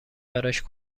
براش